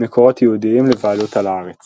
מקורות יהודיים לבעלות על הארץ